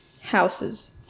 houses